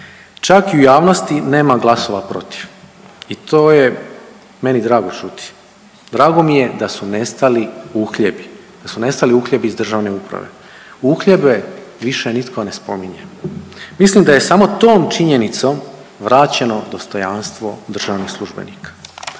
Čak i u javnosti nema glasova protiv i to je meni drago čuti, drago mi je da su nestali uhljebi da su nestali uhljebi iz državne uprave, uhljebe više nitko ne spominje. Mislim da je samo tom činjenicom vraćeno dostojanstvo državnih službenika.